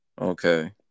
Okay